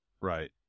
Right